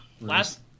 Last